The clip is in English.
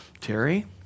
Terry